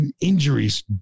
injuries